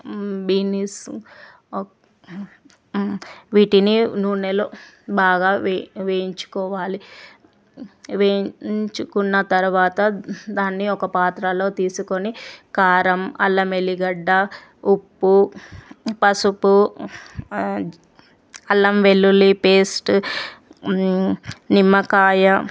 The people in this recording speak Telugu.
బీనీసు ఒక వీటిని నూనెలో బాగా వెయ్ వేయించుకోవాలి వేయించుకున్న తర్వాత దీన్ని ఒక పాత్రలోకి తీసుకుని కారం అల్లం వెల్లిగడ్డ ఉప్పు పసుపు అల్లం వెల్లుల్లి పేస్టు నిమ్మకాయ